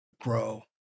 grow